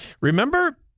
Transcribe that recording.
Remember